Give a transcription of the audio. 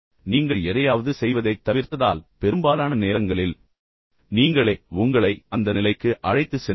நீங்கள் எதையாவது செய்வதைத் தவிர்த்ததால் பெரும்பாலான நேரங்களில் நீங்களே உங்களை அந்த நிலைக்கு அழைத்துச் சென்றீர்கள்